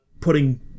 putting